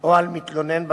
או על מתלונן במשפט,